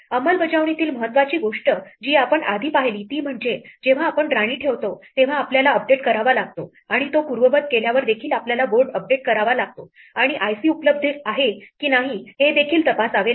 अंमलबजावणीतील महत्त्वाची गोष्ट जी आपण आधी पाहिली ती म्हणजे जेव्हा आपण राणी ठेवतो तेव्हा आपल्याला अपडेट करावा लागतो आणि तो पूर्ववत केल्यावर देखील आपल्याला बोर्ड अपडेट करावा लागतो आणि i c उपलब्ध आहे की नाही हे देखील तपासावे लागते